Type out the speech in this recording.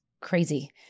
crazy